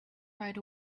right